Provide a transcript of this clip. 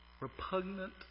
repugnant